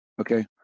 Okay